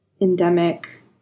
endemic